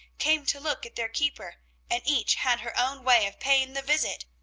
came to look at their keeper and each had her own way of paying the visit.